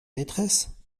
maîtresse